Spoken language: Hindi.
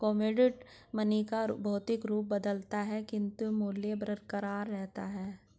कमोडिटी मनी का भौतिक रूप बदलता है किंतु मूल्य बरकरार रहता है